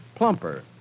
Plumper